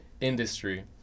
industry